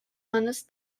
mannes